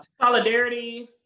solidarity